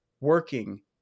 working